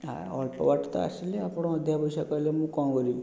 ଆ ଅଳ୍ପ ବାଟ ତ ଆସିଲେ ଆପଣ ଅଧିକା ପଇସା କହିଲେ ମୁଁ କ'ଣ କରିବି